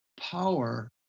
power